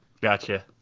Gotcha